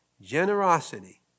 generosity